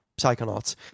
Psychonauts